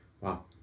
wow